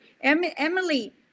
Emily